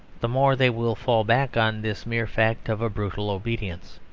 the more they will fall back on this mere fact of a brutal obedience.